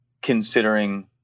Considering